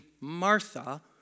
Martha